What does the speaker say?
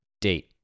Date